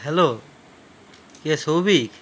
hello কে শৌভিক